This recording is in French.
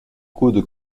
coude